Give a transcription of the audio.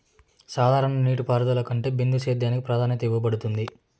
సాధారణ నీటిపారుదల కంటే బిందు సేద్యానికి ప్రాధాన్యత ఇవ్వబడుతుంది